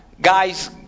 guys